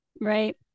Right